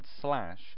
slash